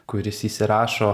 kuris įsirašo